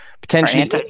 potentially